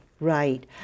Right